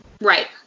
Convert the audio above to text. Right